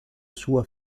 sua